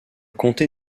comté